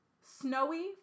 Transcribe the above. Snowy